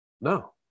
no